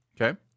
okay